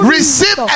Receive